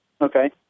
Okay